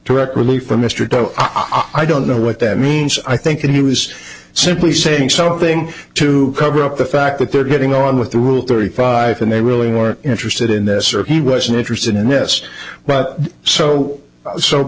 direct relief for mr doe oddo know what that means i think that he was simply saying something to cover up the fact that they're getting on with the rule thirty five and they really weren't interested in this or he wasn't interested in yes but so so